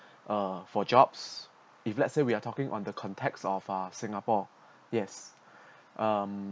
uh for jobs if let's say we are talking on the context of ah singapore yes um